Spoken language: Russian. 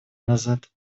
назад